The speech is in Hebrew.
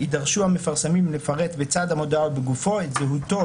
ידרשו המפרסמים לפרט לצד המודעה או בגופה את זהותו,